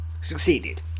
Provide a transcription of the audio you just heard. Succeeded